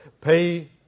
Pay